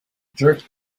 jerk